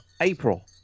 April